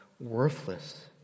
worthless